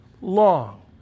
long